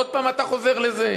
עוד הפעם אתה חוזר לזה?